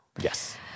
Yes